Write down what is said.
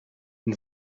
une